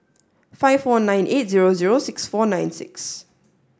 five four nine eight zero zero six four nine six